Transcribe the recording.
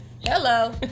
Hello